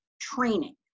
training